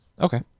Okay